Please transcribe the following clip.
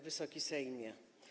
Wysoki Sejmie!